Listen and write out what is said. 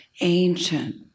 ancient